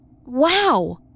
Wow